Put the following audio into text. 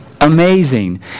Amazing